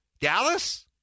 Dallas